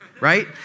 right